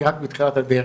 אני רק בתחילת הדרך,